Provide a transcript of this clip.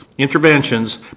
Interventions